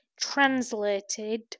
translated